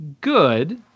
good